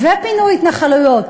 ופינוי התנחלויות,